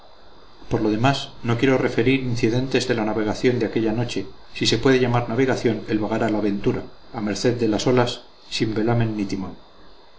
por lo demás no quiero referir incidentes de la navegación de aquella noche si puede llamarse navegación el vagar a la ventura a merced de las olas sin velamen ni timón